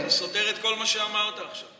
אתה סותר את כל מה שאמרת עכשיו.